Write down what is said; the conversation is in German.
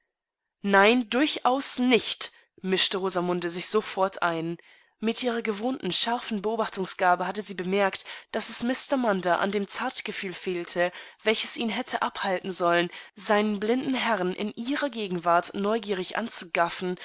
nein durchaus nicht mischte rosamunde sich sofort ein mit ihrer gewohnten scharfen beobachtungsgabe hatte sie bemerkt daß es mr munder an dem zartgefühl fehlte welches ihn hätte abhalten sollen seinen blinden herrn in ihrer gegenwart neugierig anzugaffen